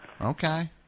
Okay